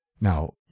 Now